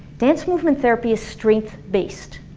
dance movement therapy is strength based.